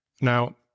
Now